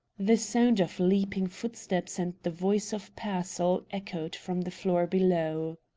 the sound of leaping footsteps and the voice of pearsall echoed from the floor below.